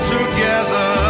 together